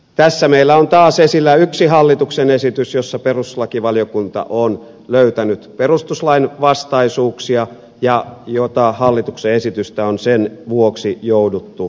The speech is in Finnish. tässä meillä on taas esillä yksi hallituksen esitys josta perustuslakivaliokunta on löytänyt perustuslain vastaisuuksia ja hallituksen esitystä on sen vuoksi jouduttu muuttamaan